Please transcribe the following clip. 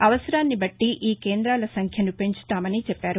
అవసరాన్ని బట్టి ఈ కేందాల సంఖ్యను పెంచుతామని చెప్పారు